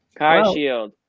CarShield